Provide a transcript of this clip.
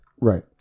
Right